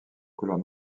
couleur